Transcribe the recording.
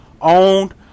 owned